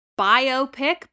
biopic